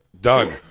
Done